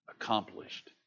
accomplished